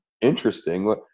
interesting